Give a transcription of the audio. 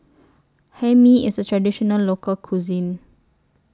Hae Mee IS A Traditional Local Cuisine